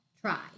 try